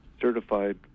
certified